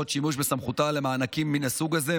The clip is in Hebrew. שימוש בסמכותה למענקים מן הסוג הזה,